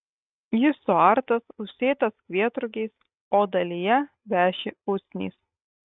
jis suartas užsėtas kvietrugiais o dalyje veši usnys